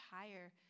higher